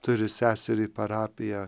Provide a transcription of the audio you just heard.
turi seserį parapiją